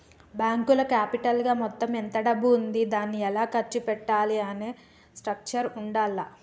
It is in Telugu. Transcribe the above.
బ్యేంకులో క్యాపిటల్ గా మొత్తం ఎంత డబ్బు ఉంది దాన్ని ఎలా ఖర్చు పెట్టాలి అనే స్ట్రక్చర్ ఉండాల్ల